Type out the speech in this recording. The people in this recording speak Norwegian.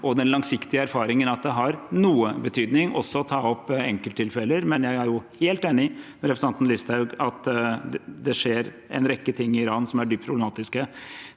Den langsiktige erfaringen er at det har noe betydning også å ta opp enkelttilfeller, men jeg er helt enig med representanten Listhaug i at det skjer en rekke ting i Iran